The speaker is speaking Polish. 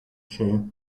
się